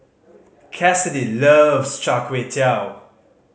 Cassidy loves Char Kway Teow